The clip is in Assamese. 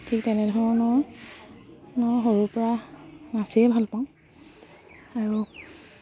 ঠিক তেনেধৰণৰ সৰুৰ পৰা নাচিয় ভাল পাওঁ আৰু